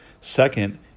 Second